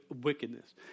wickedness